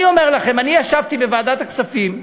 אני אומר לכם, אני ישבתי בוועדת הכספים,